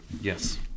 Yes